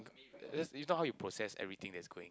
when that's if not how you process everything that's going